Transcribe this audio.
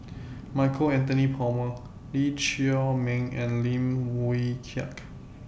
Michael Anthony Palmer Lee Chiaw Meng and Lim Wee Kiak